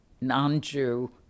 non-Jew